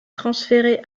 transférée